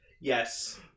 Yes